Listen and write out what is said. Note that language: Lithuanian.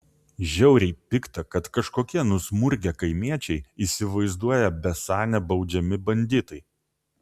žiauriai pikta kad kažkokie nusmurgę kaimiečiai įsivaizduoja besą nebaudžiami banditai